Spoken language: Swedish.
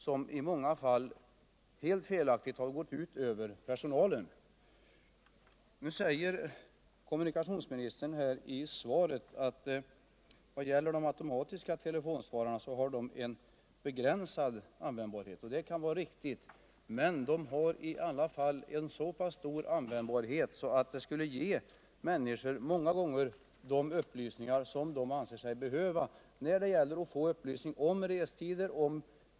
som i många fall helt felakuigt har gått ut över personalen. Kommunikationsministern säger I svaret att de uvntomatiska telefonsvararna har en begränsad användbarhet. Det kan vara riktigt. men de har i alla fall så pass stor användbarhet att de ofta skulle kunna ge människorna sådana upplysningar som de anser sig behöva om restider.